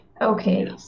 Okay